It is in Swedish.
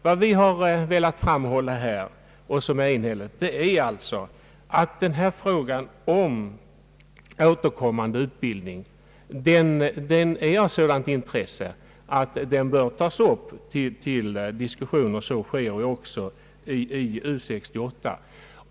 Vad vi i utskottet enhälligt har velat framhålla är alltså att denna fråga om återkommande utbildning är av sådant intresse att den bör tas upp till diskussion, och så sker ju också i U 68.